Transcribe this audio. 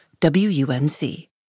WUNC